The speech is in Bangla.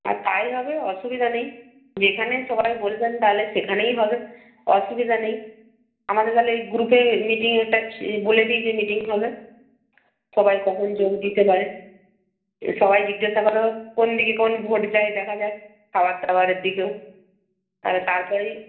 হ্যাঁ তাই হবে অসুবিধা নেই যেখানে সবাই বলবেন তাহলে সেখানেই হবে অসুবিধা নেই আমাদের তাহলে ওই গ্রুপে মিটিং একটা বলে দিই যে মিটিং হবে সবাই কখন যোগ দিতে পারে সবাই জিজ্ঞাসা করো কোন দিকে কোন ভোট যায় দেখা যাক খাবার দাবারের দিকেও আর তারপরেই